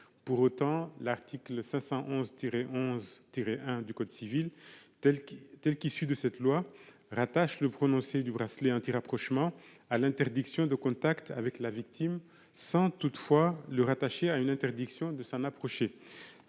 Pour autant, l'article 511-11-1 du code civil, tel qu'il est issu de cette loi, rattache le prononcé du bracelet anti-rapprochement à l'interdiction de contact avec la victime, sans toutefois le lier à une interdiction de s'en approcher,